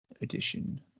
edition